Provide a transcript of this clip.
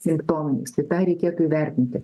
simptominis tai tą reikėtų įvertinti